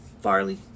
Farley